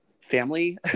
family